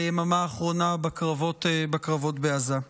ביממה האחרונה בקרבות בעזה.